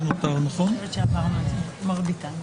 אני חושבת שעברנו על מרביתן.